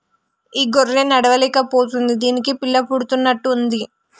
ఈ గొర్రె నడవలేక పోతుంది దీనికి పిల్ల పుడుతున్నట్టు ఉంది